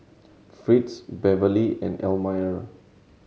Fritz Beverley and Elmire